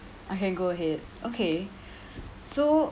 I can go ahead okay so